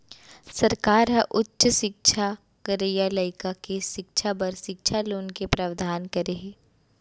सरकार ह उच्च सिक्छा करइया लइका के सिक्छा बर सिक्छा लोन के प्रावधान करे हे